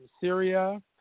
Syria